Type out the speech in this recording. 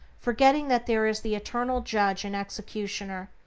forgetting that there is the eternal judge and executioner,